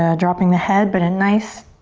ah dropping the head but a nice